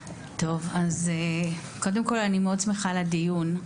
קודם כל אני מאוד שמחה על הדיון.